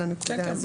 על הנקודה הזו,